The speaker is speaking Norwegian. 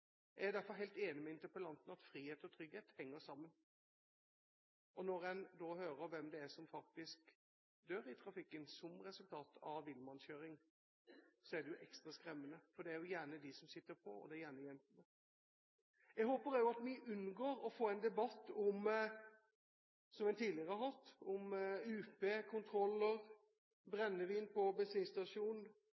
Jeg er derfor helt enig med interpellanten i at frihet og trygghet henger sammen. Når en da hører hvem som faktisk dør i trafikken som resultat av villmannskjøring, så er det ekstra skremmende, for det er jo gjerne de som sitter på, det er gjerne jentene. Jeg håper vi unngår å få en debatt – som vi tidligere har hatt – om UP,